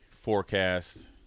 forecast